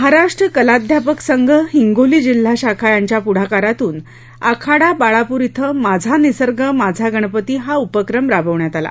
महाराष्ट्र कलाध्यापक संघ हिंगोली जिल्हा शाखा यांच्या पुढाकारातून आखाडा बाळापूर ॐ माझा निसर्ग माझा गणपती हा उपक्रम राबवण्यात आला